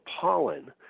pollen